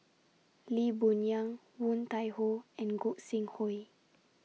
Lee Boon Yang Woon Tai Ho and Gog Sing Hooi